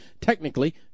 technically